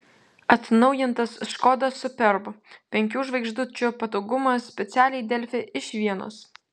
atnaujintas škoda superb penkių žvaigždučių patogumas specialiai delfi iš vienos